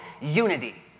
unity